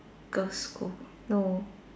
girls' school no